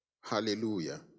Hallelujah